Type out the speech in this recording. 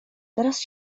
teraz